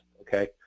okay